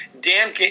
Dan